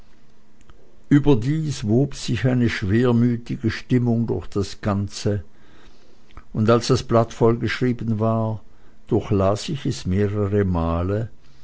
überdies wob sich eine schwermütige stimmung durch das ganze und als das blatt vollgeschrieben war durchlas ich es mehrere male